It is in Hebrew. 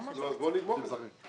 אז בואו נדלג על זה.